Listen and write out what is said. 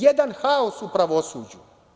Jedan haos u pravosuđu.